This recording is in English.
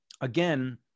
again